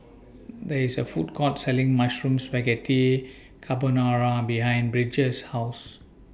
There IS A Food Court Selling Mushroom Spaghetti Carbonara behind Bridger's House